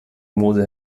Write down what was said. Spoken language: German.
mosel